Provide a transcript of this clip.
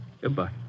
Goodbye